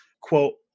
quote